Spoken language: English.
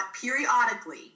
periodically